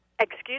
Excuse